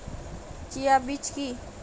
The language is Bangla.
চিয়া বীজ কী?